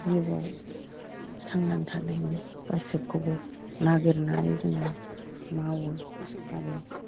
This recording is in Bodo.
जिउआव थांनानै थानायनि गासैखौबो नागिरनानै जोङो मावो आरो